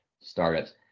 startups